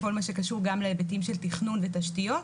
כל מה שקשור גם להיבטים של תכנון ותשתיות.